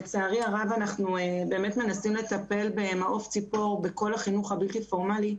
לצערי הרב אנחנו מנסים לטפל במעוף ציפור בכל החינוך הבלתי פורמאלי,